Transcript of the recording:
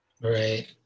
right